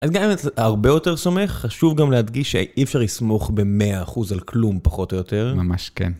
אז גם אם אתה הרבה יותר סומך, חשוב גם להדגיש שאי אפשר לסמוך ב־100% על כלום פחות או יותר. ממש כן.